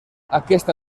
aquesta